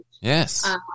Yes